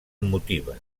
motiven